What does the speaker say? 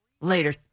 later